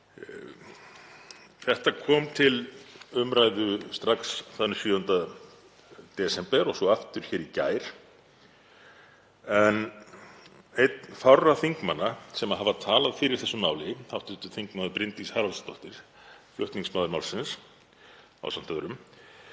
Þetta kom til umræðu strax þann 7. desember og svo aftur í gær en einn fárra þingmanna sem hafa talað fyrir þessu máli, hv. þm. Bryndís Haraldsdóttir, flutningsmaður málsins ásamt öðrum,